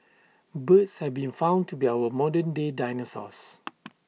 birds have been found to be our modern day dinosaurs